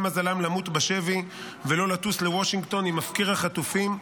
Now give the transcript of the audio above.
מזלם למות בשבי ולא לטוס לוושינגטון עם מפקיר החטופים,